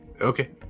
Okay